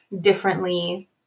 differently